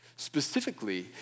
Specifically